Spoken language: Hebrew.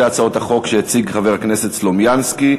הצעות החוק שהציג חבר הכנסת סלומינסקי.